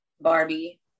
Barbie